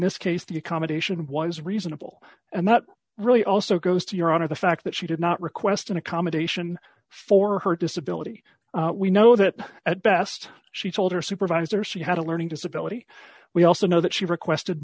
this case the accommodation was reasonable and that really also goes to your honor the fact that she did not request an accommodation for her disability we know that at best she told her supervisor she had a learning disability we also know that she requested